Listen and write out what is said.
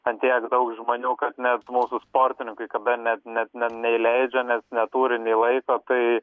ant tiek daug žmonių kad net mūsų sportininkai kada net net neįleidžia nes neturi nei laiko tai